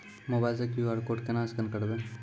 Mobile से QR code केना scan करबै?